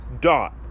dot